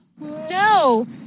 No